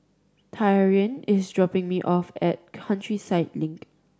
Taryn is dropping me off at Countryside Link